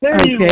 Okay